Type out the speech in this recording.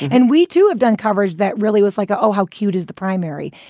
and we, too, have done coverage that really was like a oh, how cute is the primary?